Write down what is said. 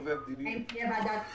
בשלב הזה אנחנו ממתינים.